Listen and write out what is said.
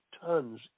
tons